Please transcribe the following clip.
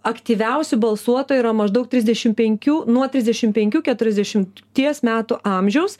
aktyviausių balsuotojų yra maždaug trisdešim penkių nuo trisdešim penkių keturiasdešimties metų amžiaus